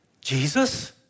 Jesus